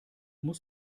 muss